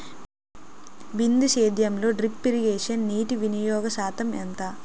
బిందు సేద్యంలో drip irrigation నీటివినియోగ శాతం ఎంత?